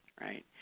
right